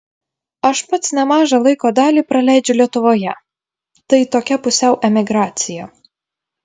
aš pats nemažą laiko dalį praleidžiu lietuvoje tai tokia pusiau emigracija